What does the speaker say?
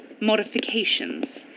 modifications